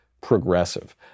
progressive